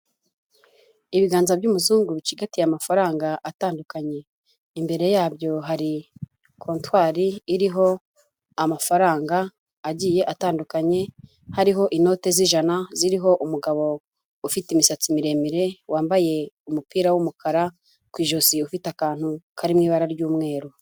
Ibiganza by'umuzungu bicigatiye amafaranga atandukanye. Imbere yabyo hari contwari iriho amafaranga agiye atandukanye, hariho inoti z'ijana ziriho umugabo ufite imisatsi miremire wambaye umupira w'umukara ku ijosi ufite akantu kari mu ibara ry'umweru.